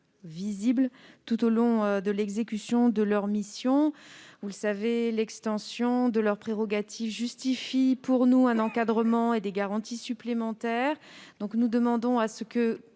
tout au long de l'exécution de leurs missions. En effet, l'extension de leurs prérogatives justifie à nos yeux un encadrement et des garanties supplémentaires. Nous demandons donc,